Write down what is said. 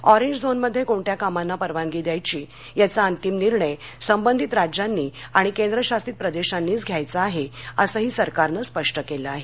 orange झोनमध्ये कोणत्या कामांना परवानगी द्यायची याचा अंतिम निर्णय संबंधित राज्यांनी आणि केंद्रशासित प्रदेशांनीच घ्यायचा आहे असंही सरकारनं स्पष्ट केलं आहे